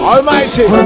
Almighty